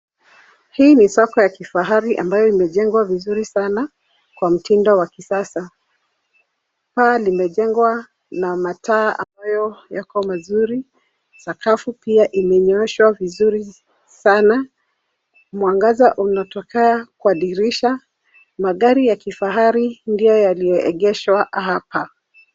Hii ni soko ya kifahari ambayo imejengwa vizuri sana kwa mtindo la kisasa. Paa limejengwa na mataa ambayo yako mazuri. Sakafu pia imenyooshwa vizuri sana. Mwangaza unatokea kwa dirisha. Magari ya kifahari ndio yaliyoegeshwa hapa.